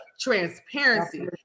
transparency